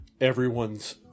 everyone's